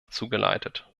zugeleitet